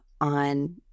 on